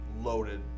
loaded